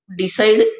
decide